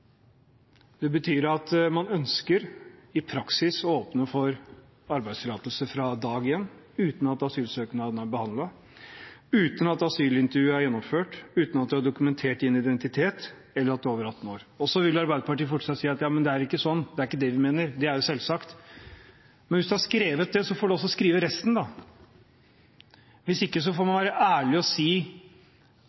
Det betyr at man i praksis ønsker å åpne for arbeidstillatelse fra dag én, uten at asylsøknaden er behandlet, uten at asylintervjuet er gjennomført, uten at man har dokumentert sin identitet, og uten at man er over 18 år. Så vil Arbeiderpartiet fortsatt si: Ja, men det er ikke sånn, det er ikke det vi mener, det er jo selvsagt. Men hvis man har skrevet det, så får man vel skrive resten også da – hvis ikke får man være ærlig og si